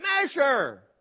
measure